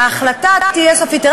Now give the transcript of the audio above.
שההחלטה תהיה סופית.